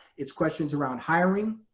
it's questions around hiring,